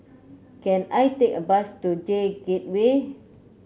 can I take a bus to J Gateway